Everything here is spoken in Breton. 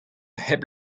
hep